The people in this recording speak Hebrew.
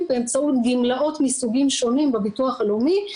באמצעות גמלאות מסוגים שונים בביטוח הלאומי,